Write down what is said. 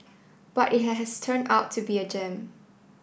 but it has has turned out to be a gem